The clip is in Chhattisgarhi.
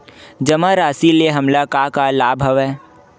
जमा राशि ले हमला का का लाभ हवय?